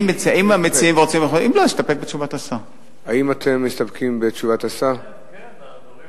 אם המציעים רוצים, יכולים, אם לא, להסתפק